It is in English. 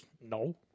no